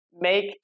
make